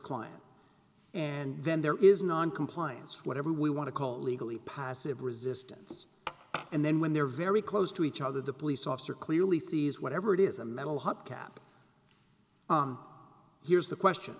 client and then there is noncompliance whatever we want to call legally passive resistance and then when they're very close to each other the police officer clearly sees whatever it is a mental hubcap here's the question